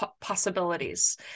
possibilities